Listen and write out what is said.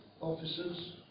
officers